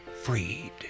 freed